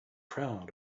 crowd